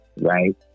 right